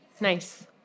Nice